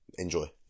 enjoy